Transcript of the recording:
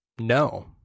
No